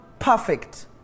Perfect